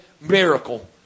miracle